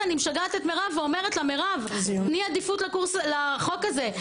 אני משגעת את מירב ואומרת לה: תני עדיפות לחוק הזה.